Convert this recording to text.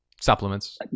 supplements